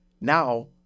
now